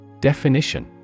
Definition